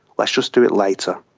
let's just do it later.